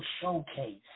showcase